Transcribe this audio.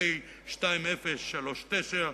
פ/2039,